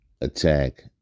attack